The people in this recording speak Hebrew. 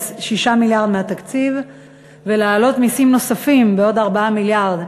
6 מיליארד מהתקציב ולהעלות מסים נוספים בעוד 4 מיליארד,